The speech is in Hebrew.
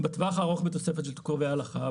בטווח הארוך, בתוספת של קווי הולכה.